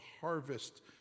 harvest